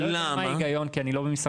אני לא יודע מה ההיגיון כי אני לא במשרד